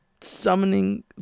summoning